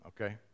okay